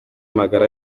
magara